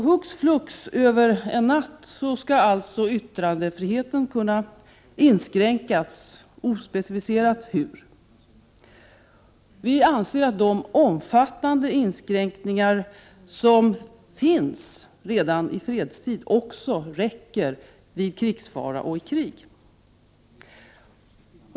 Hux flux över en enda natt skall alltså yttrandefriheten kunna inskränkas — ospecificerat hur. Vi anser att de omfattande inskränkningar som gäller redan i fredstid också räcker vid krigsfara och i krig.